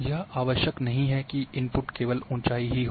यह आवश्यक नहीं है कि इनपुट केवल ऊँचायी ही हो